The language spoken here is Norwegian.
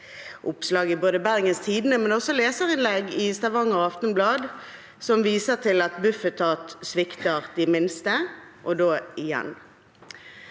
oppslag i både Bergens Tidende og leserinnlegg i Stavanger Aftenblad som viser til at Bufetat «svikter de minste – igjen».